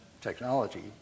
technology